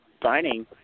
dining